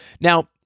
now